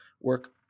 work